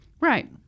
right